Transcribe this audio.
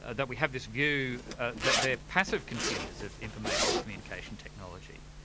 ah that we have this view that they're passive consumers of information communication technology,